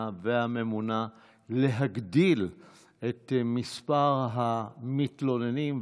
והממונה להגדיל את מספר המתלוננים,